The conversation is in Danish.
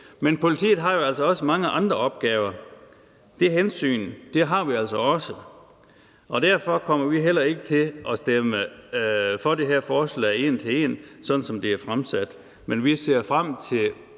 det. Politiet har jo altså også mange andre opgaver. Det hensyn har vi altså også, og derfor kommer vi heller ikke til at stemme for det her forslag en til en, sådan som det er fremsat. Men vi ser frem til